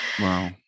Wow